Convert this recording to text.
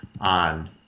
on